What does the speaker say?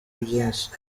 byinshi